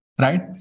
right